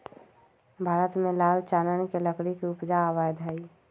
भारत में लाल चानन के लकड़ी के उपजा अवैध हइ